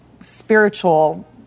spiritual